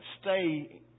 stay